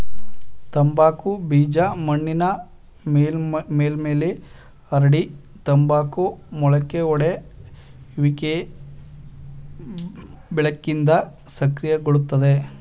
ತಂಬಾಕು ಬೀಜ ಮಣ್ಣಿನ ಮೇಲ್ಮೈಲಿ ಹರಡಿ ತಂಬಾಕು ಮೊಳಕೆಯೊಡೆಯುವಿಕೆ ಬೆಳಕಿಂದ ಸಕ್ರಿಯಗೊಳ್ತದೆ